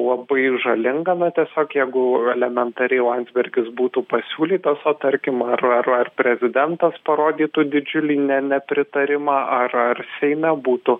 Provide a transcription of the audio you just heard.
labai žalinga na tiesiog jeigu elementariai landsbergis būtų pasiūlytas o tarkim ar ar ar prezidentas parodytų didžiulį ne nepritarimą ar ar seime būtų